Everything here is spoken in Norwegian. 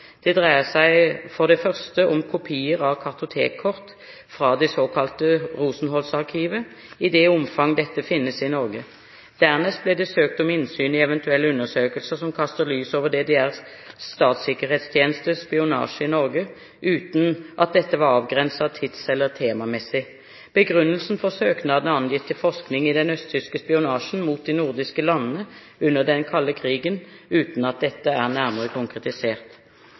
Det dreier seg for det første om kopier av kartotekkort fra det såkalte Rosenholz-arkivet, i det omfang dette finnes i Norge. Dernest ble det søkt om innsyn i eventuelle undersøkelser som kaster lys over DDRs statssikkerhetstjenestes spionasje i Norge, uten at dette var avgrenset tids- eller temamessig. Begrunnelsen for søknaden er angitt til forskning i den østtyske spionasjen mot de nordiske landene under den kalde krigen, uten at dette er nærmere konkretisert.